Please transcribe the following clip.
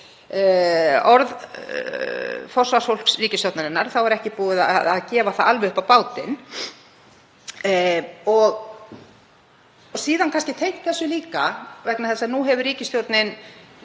orð forsvarsfólks ríkisstjórnarinnar er ekki búið að gefa það upp á bátinn. Síðan kannski tengt þessu líka, vegna þess að nú hefur ríkisstjórnin